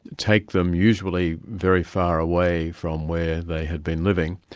take them usually very far away from where they had been living,